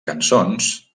cançons